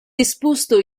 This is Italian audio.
esposto